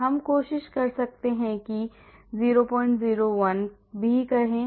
हम कोशिश कर सकते हैं कि 001 भी कहे